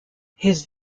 his